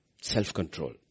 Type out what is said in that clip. self-control